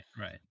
Right